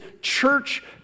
church